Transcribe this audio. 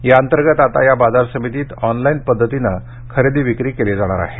या अंतर्गत आता या बाजार समितीत ऑनलाईन पध्द्तीने खरेदी विक्री केली जाणार आहे